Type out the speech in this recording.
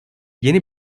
yeni